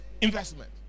investment